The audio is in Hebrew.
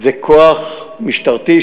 זה כוח משטרתי,